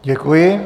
Děkuji.